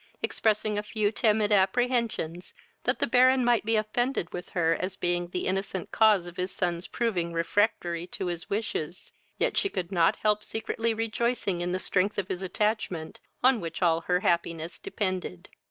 expressing a few timid apprehensions that the baron might be offended with her as being the innocent cause of his son's proving refractory to his wishes yet she could not help secretly rejoicing in the strength of his attachment, on which all her happiness depended.